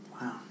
Wow